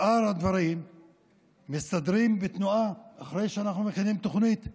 שאר הדברים מסתדרים בתנועה אחרי שאנחנו מכינים תוכנית.